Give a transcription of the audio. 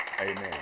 Amen